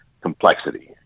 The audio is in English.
complexity